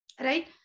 right